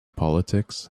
politics